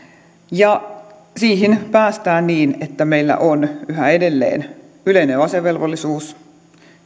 ja siihen päästään niin että meillä on yhä edelleen yleinen asevelvollisuus